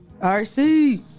RC